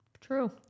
True